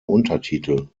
untertitel